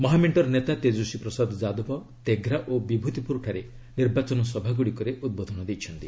ମହାମେଶ୍ଚର ନେତା ତେଜସ୍ୱୀ ପ୍ରସାଦ ଯାଦବ ତେଘ୍ରା ଓ ବିଭୂତିପୁର ଠାରେ ନିର୍ବାଚନ ସଭାଗୁଡ଼ିକରେ ଉଦ୍ବୋଧନ ଦେଇଛନ୍ତି